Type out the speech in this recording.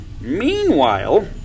meanwhile